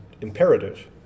imperative